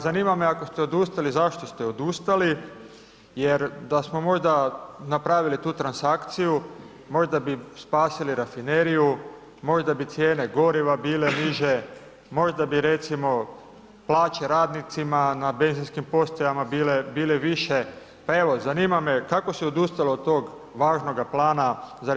Zanima me ako ste odustali, zašto ste odustali jer da smo možda napravili tu transakciju, možda bi spasili rafineriju, možda bi cijene goriva bile niže, možda bi recimo plaće radnicima na benzinskim postajama bile više, pa evo, zanima me kako se odustalo od tog važnoga plana za RH?